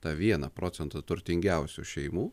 tą vieną procentą turtingiausių šeimų